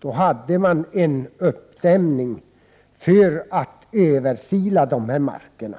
Då hade man en uppdämning för att översila de här markerna.